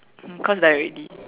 hmm cause die already